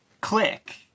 click